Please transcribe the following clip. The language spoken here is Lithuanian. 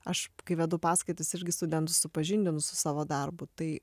aš kai vedu paskaitas irgi studentus supažindinu su savo darbu tai